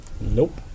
Nope